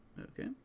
okay